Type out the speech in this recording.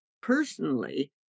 personally